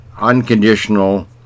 unconditional